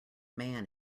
man